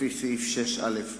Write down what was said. לפי סעיף 6א(א)